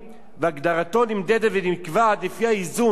ונקבעת לפי האיזון בין הערכים השונים שהחברה